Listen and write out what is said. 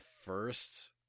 first